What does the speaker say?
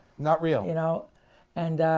not real you know and